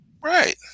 Right